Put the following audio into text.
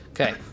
Okay